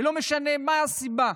ולא משנה מה הסיבה.